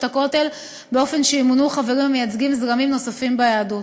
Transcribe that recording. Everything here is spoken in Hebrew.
הכותל באופן שימונו חברים המייצגים זרמים נוספים ביהדות.